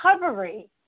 recovery